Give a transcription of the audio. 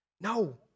No